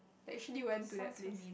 actually went to that place